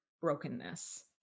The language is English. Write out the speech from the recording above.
brokenness